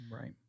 Right